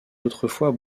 autrefois